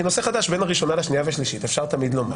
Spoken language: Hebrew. כי תמיד ניתן לומר